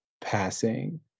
passing